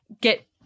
get